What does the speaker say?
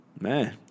Man